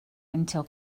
until